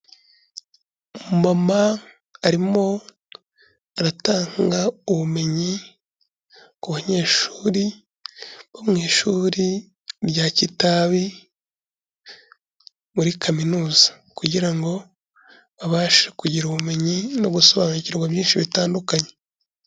Umumama arimo aratanga ubumenyi ku banyeshuri bo mu ishuri rya Kitabi, muri kaminuza kugira ngo babashe kugira ubumenyi no gusobanukirwa byinshi bitandukanye.